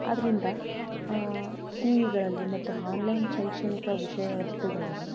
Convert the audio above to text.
ಆದ್ದರಿಂದ ಟಿ ವಿಗಳಲ್ಲಿ ಮತ್ತು ಹಾನ್ಲೈನ್ ಶೈಕ್ಷಣಿಕ ವಿಷಯ ವಸ್ತುಗಳನ್ನು